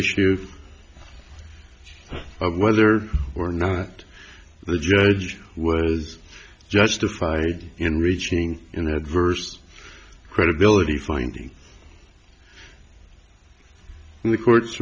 issue of whether or not the judge was justified in reaching an adverse credibility finding the courts